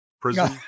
prison